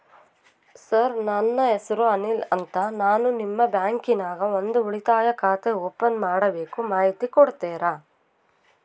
Sir ನನ್ನ ಹೆಸರು ಅನಿಲ್ ಅಂತ ನಾನು ನಿಮ್ಮ ಬ್ಯಾಂಕಿನ್ಯಾಗ ಒಂದು ಉಳಿತಾಯ ಖಾತೆ ಓಪನ್ ಮಾಡಬೇಕು ಮಾಹಿತಿ ಕೊಡ್ತೇರಾ?